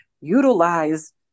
utilize